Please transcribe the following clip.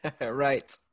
Right